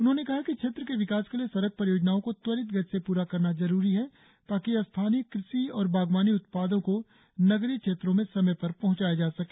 उन्होंने कहा कि क्षेत्र के विकास के लिए सड़क परियोजनाओं को त्वरित गति से पूरा करना जरूरी है ताकि स्थानीय कृषि और बागवानी उत्पादों को नगरीय क्षेत्रों में समय पर पहंचाया जा सके